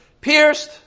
pierced